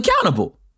accountable